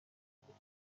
توانید